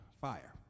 fire